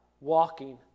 walking